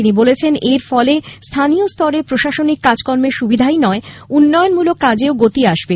তিনি বলেছেন এর ফলে স্থানীয় স্তরে প্রশাসনিক কাজকর্মের সবিধাই নয় উন্নয়নমূলক কাজেও গতি আসবে